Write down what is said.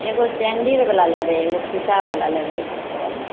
एगो सैंडील बला लेबै एगो फिता बला लेबै चप्पल